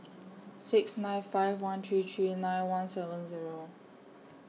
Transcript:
six nine five one three three nine one seven Zero